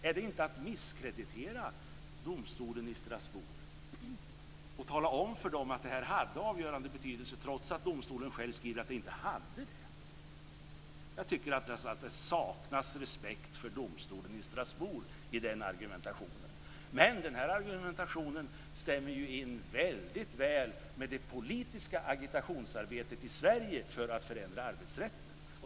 Är det inte att misskreditera domstolen i Strasbourg och tala om för den att de hade avgörande betydelse, trots att domstolen själv skriver att de inte hade det? Jag tycker att det saknas respekt för domstolen i Strasbourg i den argumentationen. Men den här argumentationen stämmer in väldigt väl med det politiska agitationsarbetet i Sverige för att förändra arbetsrätten.